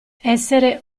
essere